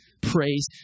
Praise